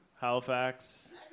Halifax